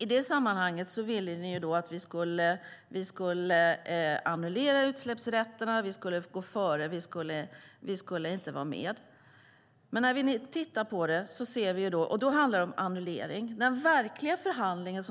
I det sammanhanget ville ni att vi skulle annullera utsläppsrätterna och gå före. Vi skulle inte vara med. Men den verkliga förhandlingen